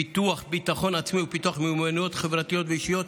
פיתוח ביטחון עצמי ופיתוח מיומנויות חברתיות ואישיות.